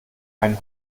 einen